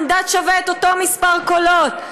כל מנדט שווה אותו מספר קולות,